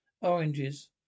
Oranges